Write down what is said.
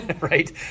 right